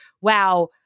wow